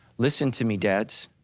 listen to me dad's,